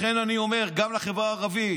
לכן אני אומר גם לחברה הערבית,